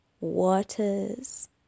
waters